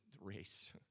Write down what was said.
race